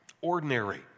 ordinary